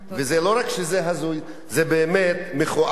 ולא רק שזה הזוי, זה באמת מכוער.